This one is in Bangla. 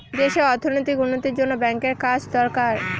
দেশে অর্থনৈতিক উন্নতির জন্য ব্যাঙ্কের কাজ দরকার